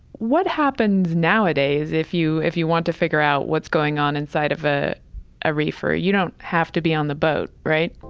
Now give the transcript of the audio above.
what happens nowadays if you if you want to figure out what's going on inside of a ah reefer? you don't have to be on the boat, right?